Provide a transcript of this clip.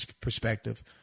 perspective